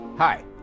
Hi